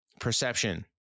Perception